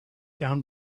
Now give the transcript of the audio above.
down